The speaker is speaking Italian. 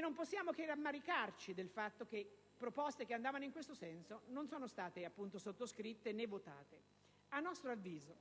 non possiamo quindi che rammaricarci del fatto che proposte che andavano in questo senso non siano state sottoscritte, né votate. A nostro avviso,